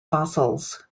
fossils